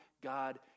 God